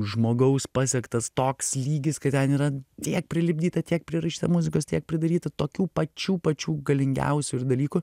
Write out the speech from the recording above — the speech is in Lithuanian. žmogaus pasiektas toks lygis kai ten yra tiek prilipdyta tiek prirašyta muzikos tiek pridaryta tokių pačių pačių galingiausių ir dalykų